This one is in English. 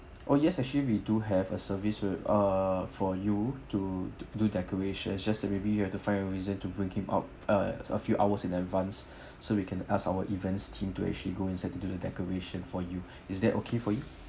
oh yes actually we do have a service will uh for you to do decoration is just that maybe you have to find a reason to bring him out uh a few hours in advance so we can ask our events team to actually go inside to do the decoration for you is that okay for you